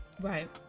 Right